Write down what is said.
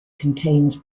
contains